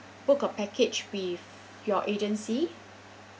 booked a package with your agency